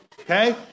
Okay